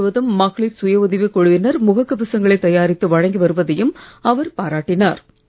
நாடு முழவதும் மகளிர் சுயஉதவிக் குழுவினர் முகக் கவசங்களை தயாரித்து வழங்கி வருவதையும் அவர் பாராட்டினார்